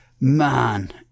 man